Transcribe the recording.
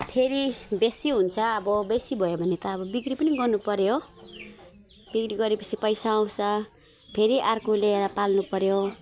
फेरि बेसी हुन्छ अब बेसी भयो भने त अब बिक्री पनि गर्नु पर्यो बिक्री गरे पछि पैसा आउँछ फेरि अर्को ल्याएर पाल्नु पर्यो